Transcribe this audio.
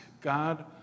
God